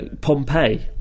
Pompeii